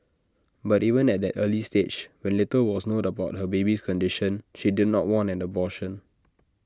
but even at that early stage when little was known about her baby's condition she did not want an abortion